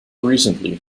recently